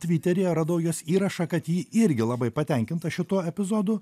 tviteryje radau jos įrašą kad ji irgi labai patenkinta šituo epizodu